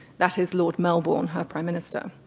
that is lord melbourne, her prime minister,